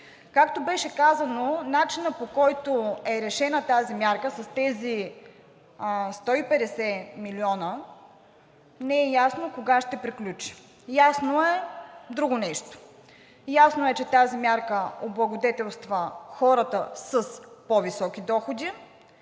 Както беше казано, начинът, по който е решена тази мярка с тези 150 милиона, не е ясно кога ще приключи. Ясно е друго нещо –тази мярка облагодетелства хората с по-високи доходи,